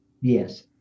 Yes